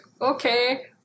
okay